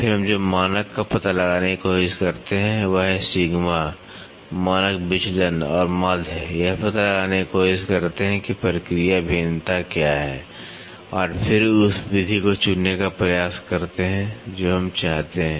फिर हम जो मानक का पता लगाने की कोशिश करते हैं वह है सिग्मा मानक विचलन और माध्य यह पता लगाने की कोशिश करते हैं कि प्रक्रिया भिन्नता क्या है और फिर उस विधि को चुनने का प्रयास करें जो हम चाहते हैं